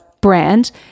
brand